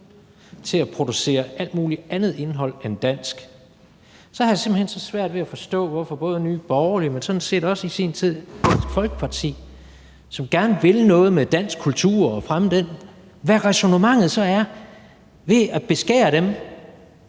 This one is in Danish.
til at producere alt muligt andet indhold end dansk indhold, så har jeg simpelt hen så svært ved at forstå Nye Borgerlige, men sådan set også i sin tid Dansk Folkeparti, som gerne vil noget med dansk kultur, gerne vil fremme den, med hensyn til hvad ræsonnementet er bag at beskære dem,